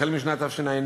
החל בשנת תשע"ה,